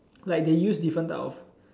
like they use different types of